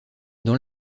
dans